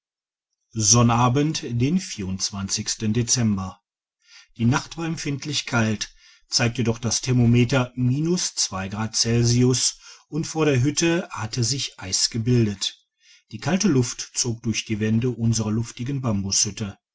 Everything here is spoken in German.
sonnabend den dezember die nacht war empfindlich kalt zeigte doch das thermometer grad celsius und vor der hütte hatte sich eis gebildet die kalte luft zog durch die wände unserer luftigen